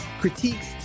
critiques